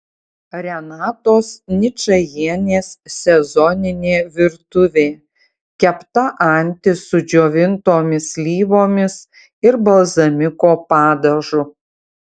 renatos ničajienės sezoninė virtuvė kepta antis su džiovintomis slyvomis ir balzamiko padažu